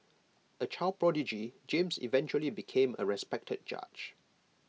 A child prodigy James eventually became A respected judge